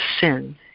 sin